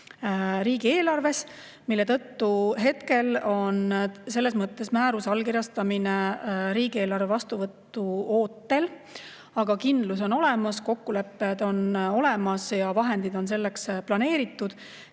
riigieelarves, mille tõttu hetkel on selles mõttes määruse allkirjastamine riigieelarve vastuvõtu ootel, aga kindlus on olemas, kokkulepped on olemas ja raha on selleks planeeritud.